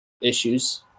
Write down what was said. issues